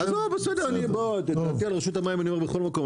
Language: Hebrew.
את דעתי על רשות המים אני אומר בכל מקום,